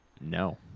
No